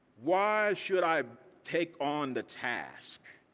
why should i take on the task